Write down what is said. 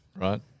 Right